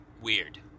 Weird